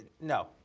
no